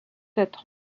être